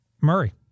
Murray